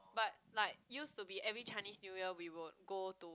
but like used to be every Chinese New Year we would go to